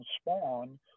spawn